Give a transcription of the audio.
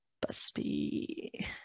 Busby